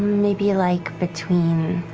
maybe like between